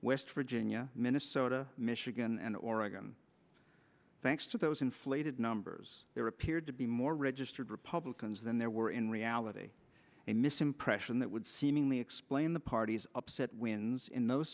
west virginia minnesota michigan and oregon thanks to those inflated numbers there appeared to be more registered republicans than there were in reality a misimpression that would seemingly explain the party's upset wins in those